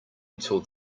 until